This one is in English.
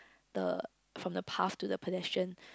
the from the path to the pedestrian